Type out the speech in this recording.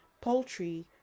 poultry